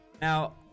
Now